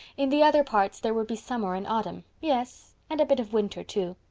in the other parts there would be summer and autumn. yes, and a bit of winter, too.